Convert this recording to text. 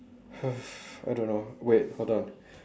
I don't know wait hold on